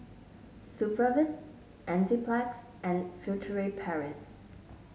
Supravit Enzyplex and Furtere Paris